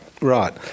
Right